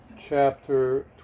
chapter